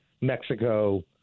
Mexico